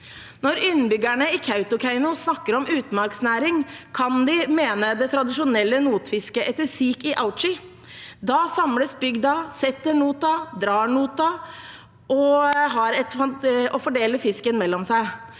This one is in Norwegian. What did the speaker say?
Når innbyggerne i Kautokeino snakker om utmarksnæring, kan de mene det tradisjonelle notfisket etter sik i Avzi. Da samles bygda, setter nota, drar nota og fordeler fisken mellom seg